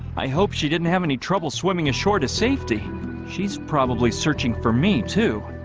i hope she didn't have any trouble swimming ashore to safety she's probably searching for me, too.